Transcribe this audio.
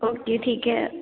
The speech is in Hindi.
ओके ठीक है